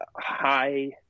High